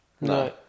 no